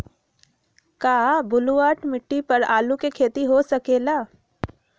का बलूअट मिट्टी पर आलू के खेती हो सकेला?